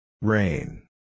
Rain